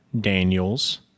Daniels